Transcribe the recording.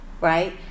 right